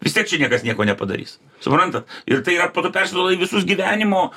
vis tiek čia niekas nieko nepadarys suprantat ir tai yra po to persiduoda į visus gyvenimo